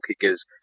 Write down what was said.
kickers